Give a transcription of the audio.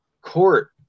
court